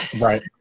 Right